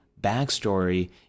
backstory